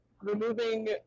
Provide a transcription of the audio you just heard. removing